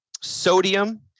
Sodium